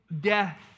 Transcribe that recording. death